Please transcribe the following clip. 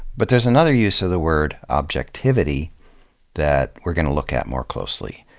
but there's another use of the word objectivity that we're gonna look at more closely.